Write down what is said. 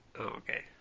Okay